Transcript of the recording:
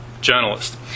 journalist